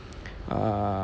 err